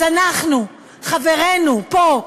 אז אנחנו, חברינו פה,